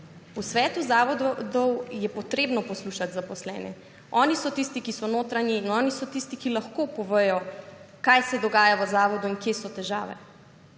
V Svetu zavodov je potrebno poslušati zaposlene. Oni so tisti, ki so notranji, oni so tisti, ki lahko povejo, kaj se dogaja v zavodu in kje so težave.